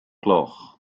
gloch